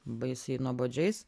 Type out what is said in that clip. baisiai nuobodžiais